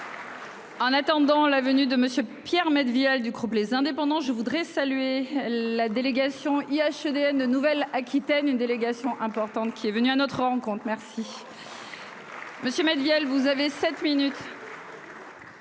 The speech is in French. En attendant la venue de Monsieur Pierre Med via du groupe les indépendants. Je voudrais saluer la délégation il y a EDF de Nouvelle Aquitaine, une délégation importante qui est venu à notre rencontre maire. Monsieur Manuel, vous avez 7 minutes.